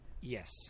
Yes